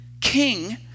king